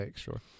Sure